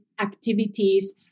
activities